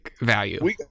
value